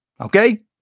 Okay